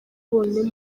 bonyine